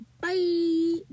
bye